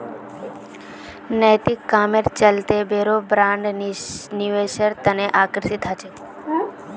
नैतिक कामेर चलते बोरो ब्रैंड निवेशेर तने आकर्षित ह छेक